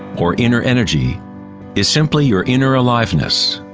or inner energy is simply your inner aliveness.